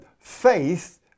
faith